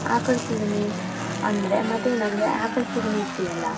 ಆಕಳ ಸೆಗ್ಣಿ ಅಂದರೆ ಮತೇನಂದರೆ ಆಕಳ ಸೆಗ್ಣಿ ಇರ್ತಿದಲ್ಲ